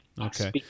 okay